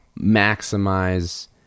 maximize